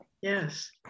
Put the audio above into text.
yes